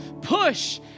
push